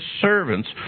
servants